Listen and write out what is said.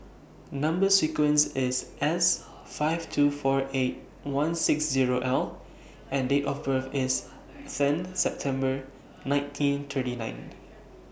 Number sequence IS S five two four eight one six Zero L and Date of birth IS ten September nineteen thirty nine